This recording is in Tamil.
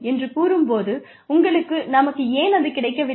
என்று கூறும் போது உங்களுக்கு நமக்கு ஏன் அது கிடைக்கவில்லை